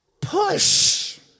Push